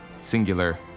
Singular